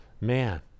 man